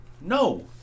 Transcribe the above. No